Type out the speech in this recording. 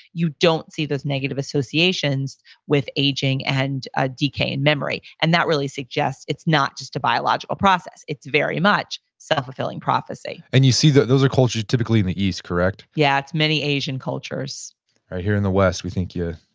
you don't see those negative associations with aging and ah decay in memory. and that really suggest it's not just a biological process. it's very much self a fulfilling prophecy and you see that those are cultures typically in the east, correct? yeah, it's many asian cultures right here in the west, we think you're